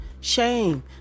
shame